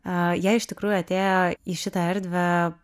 a jie iš tikrųjų atėjo į šitą erdvę